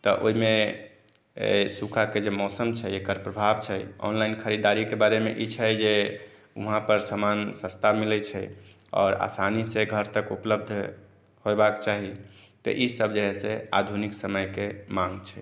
तऽ ओहिमे सूखाके जे मौसम छै एकर प्रभाव छै ऑनलाइन खरीदारीके बारेमे ई छै जे वहाँपर सामान सस्ता मिलै छै आओर आसानीसँ घर तक उपलब्ध होयबाक चाही तऽ ईसभ जे हइ आधुनिक समयके माँग छै